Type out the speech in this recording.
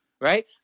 right